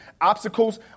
Obstacles